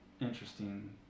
interesting